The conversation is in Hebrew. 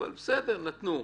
אבל נתנו.